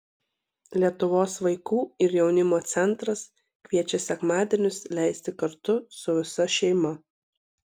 lietuvos vaikų ir jaunimo centras kviečia sekmadienius leisti kartu su visa šeima